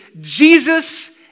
Jesus